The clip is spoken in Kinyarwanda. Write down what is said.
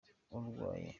utwaye